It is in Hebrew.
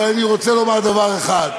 אבל אני רוצה לומר דבר אחד: